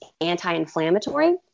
anti-inflammatory